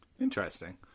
Interesting